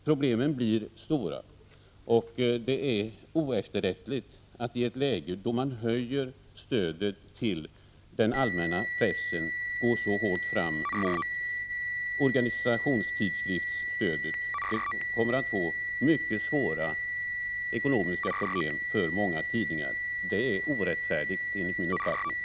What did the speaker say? Problemen blir stora, och det är oefterrättligt att i ett läge där man höjer stödet till den allmänna pressen gå så hårt fram mot organisationstidskriftsstödet. Det kommer att medföra mycket svåra ekonomiska problem för många tidningar. Det är orättfärdigt, enligt min uppfattning.